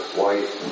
white